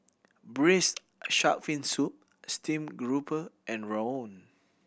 Braised Shark Fin Soup Steamed Garoupa and rawon